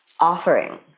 Offering